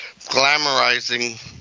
Glamorizing